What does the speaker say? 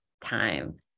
time